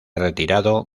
retirado